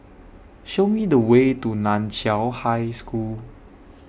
Show Me The Way to NAN Chiau High School